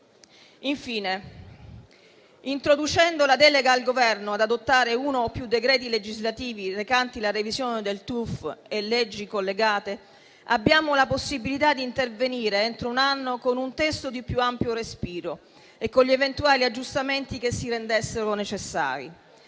Infine, introducendo la delega al Governo ad adottare uno o più decreti legislativi recanti la revisione del TUF e delle leggi collegate, abbiamo la possibilità di intervenire entro un anno con un testo di più ampio respiro e con gli eventuali aggiustamenti che si rendano necessari.